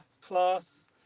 class